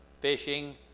fishing